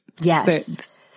Yes